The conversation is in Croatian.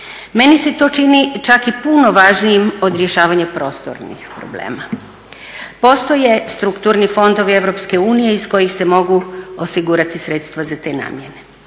Meni se to čini čak i puno važnijim od rješavanja prostornih problema. Postoje strukturni fondovi EU iz kojih se mogu osigurati sredstva za te namjene.